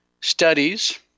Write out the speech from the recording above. studies